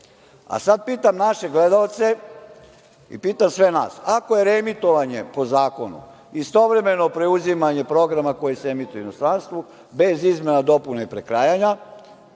Sad pitam naše gledaoce i pitam sve nas - ako je reemitovanje po zakonu istovremeno preuzimanje programa koji se emituje u inostranstvu, bez izmena, dopuna i prekrajanja,